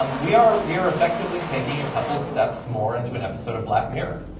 um we are we are effectively taking a couple steps more into an episode of black mirror.